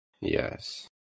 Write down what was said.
Yes